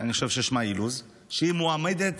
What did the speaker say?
אני חושב ששמה אילוז, שהיא מועמדת